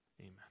Amen